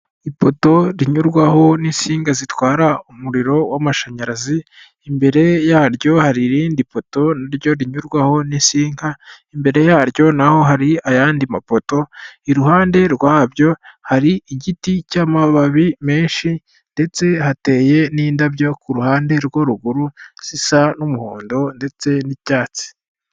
Ipoto rinyurwaho n'insinga zitwara umuriro w'amashanyarazi, imbere ya ryo hari irindi poto ryo rinyurwaho n'isinka, imbere ya ryo na ho hari ayandi mapoto. Iruhande rwa byo hari igiti cy'amababi menshi ndetse hateye n'indabyo ku ruhande rwa ruguru zisa n'umuhondo ndetse n'icyatsi.